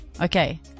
Okay